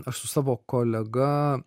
aš su savo kolega